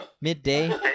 Midday